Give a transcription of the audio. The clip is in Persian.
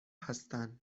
هستن